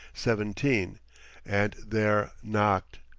seventeen and there knocked.